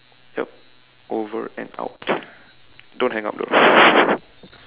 yup over and out don't hang up though